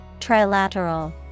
Trilateral